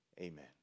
Amen